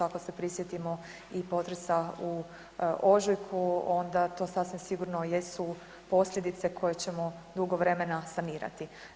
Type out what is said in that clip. Ako se prisjetimo i potresa u ožujku, onda to sasvim sigurno jesu posljedice koje ćemo dugo vremena sanirati.